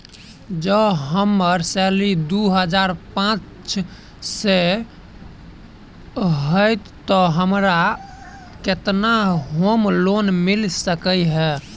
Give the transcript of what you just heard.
जँ हम्मर सैलरी दु हजार पांच सै हएत तऽ हमरा केतना होम लोन मिल सकै है?